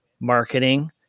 marketing